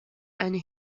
and